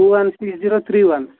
two one six zero three one